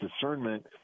discernment